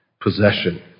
possession